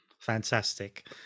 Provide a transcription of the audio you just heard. fantastic